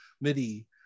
midi